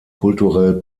kulturell